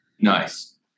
Nice